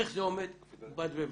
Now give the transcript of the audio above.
איך זה עובד בד בבד